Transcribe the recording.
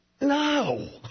No